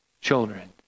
children